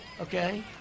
okay